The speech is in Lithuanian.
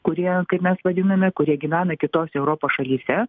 kurie kaip mes vadiname kurie gyvena kitose europos šalyse